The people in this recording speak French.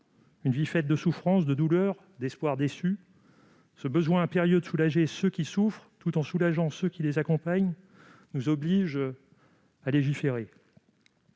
Une vie faite de souffrances, de douleurs, d'espoirs déçus ! Le besoin impérieux de soulager ceux qui souffrent et ceux qui les accompagnent nous oblige à légiférer.